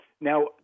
Now